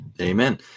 amen